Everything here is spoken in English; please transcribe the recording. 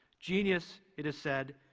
genius, it is said,